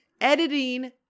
editing